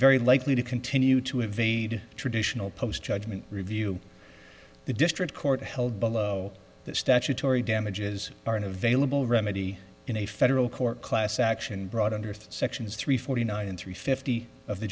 very likely to continue to evade traditional post judgment review the district court held below the statutory damages aren't available remedy in a federal court class action brought under three sections three forty nine and three fifty of the